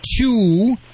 two